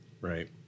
Right